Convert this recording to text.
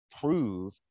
prove